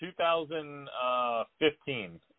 2015